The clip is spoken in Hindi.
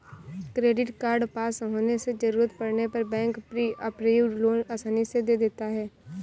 क्रेडिट कार्ड पास होने से जरूरत पड़ने पर बैंक प्री अप्रूव्ड लोन आसानी से दे देता है